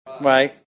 Right